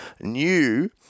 new